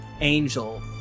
angel